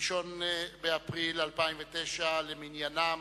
1 באפריל 2009 למניינם,